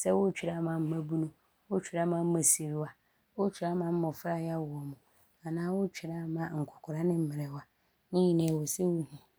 sɛ wɔɔtwerɛ nnwom no ama mmabunu, wɔɔtwerɛ ama mmasiriwa wɔɔtwerɛ aama mmɔfra a, yɛawo wɔn anaa wɔɔtwerɛ aama nkɔkora ne mmerewa. Ne nyinaa ɔwɔ sɛ wohu.